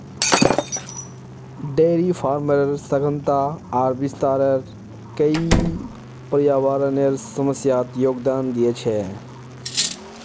dairy फार्मेर सघनता आर विस्तार कई पर्यावरनेर समस्यात योगदान दिया छे